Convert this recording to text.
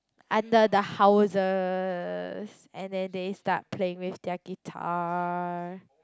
under the houses and then they start playing with their guitar